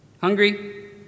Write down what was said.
hungry